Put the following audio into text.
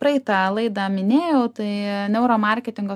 praeitą laidą minėjau tai neuro marketingo